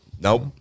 nope